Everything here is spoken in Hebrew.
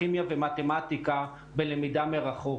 כימיה ומתמטיקה בלמידה מרחוק,